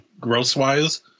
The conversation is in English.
gross-wise